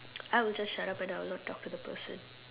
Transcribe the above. I would just shut up and I will not talk to the person